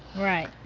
right.